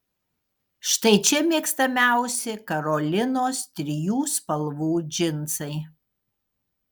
štai čia mėgstamiausi karolinos trijų spalvų džinsai